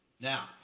Now